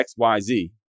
XYZ